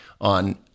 on